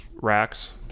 racks